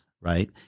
right